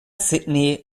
sydney